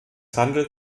handelt